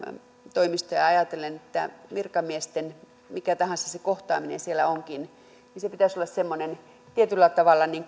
toimistoja ajatellen että virkamiesten mikä tahansa se kohtaaminen siellä onkin kohtaamisen pitäisi olla semmoinen tietyllä tavalla